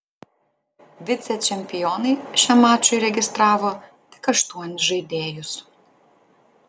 vicečempionai šiam mačui registravo tik aštuonis žaidėjus